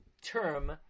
term